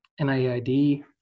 NIAID